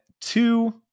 two